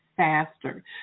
faster